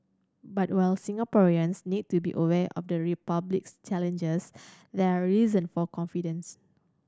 but while Singaporeans need to be aware of the Republic's challenges there are reason for confidence